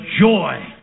joy